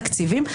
טייס קרב,